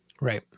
right